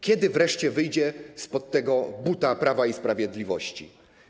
Kiedy wreszcie wyjdzie spod tego buta Prawa i Sprawiedliwości?